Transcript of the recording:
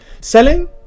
selling